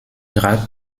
grab